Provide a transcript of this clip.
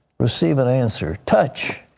receive an answer. touch.